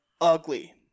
ugly